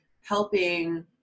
helping